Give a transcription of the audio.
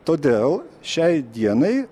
todėl šiai dienai